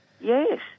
Yes